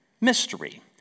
mystery